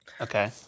Okay